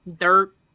dirt